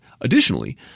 Additionally